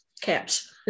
Caps